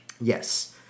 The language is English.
Yes